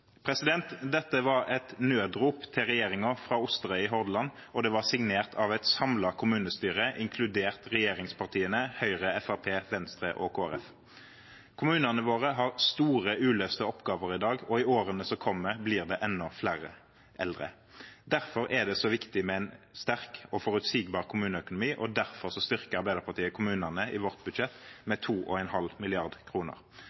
Dette var et nødrop til regjeringen fra Osterøy i Hordaland, og det var signert av et samlet kommunestyre, inkludert regjeringspartiene – Høyre, Fremskrittspartiet, Venstre og Kristelig Folkeparti. Kommunene våre har store uløste oppgaver i dag, og i årene som kommer, blir det enda flere eldre. Derfor er det så viktig med en sterk og forutsigbar kommuneøkonomi, og derfor styrker Arbeiderpartiet kommunene med 2,5 mrd. kr i sitt budsjett.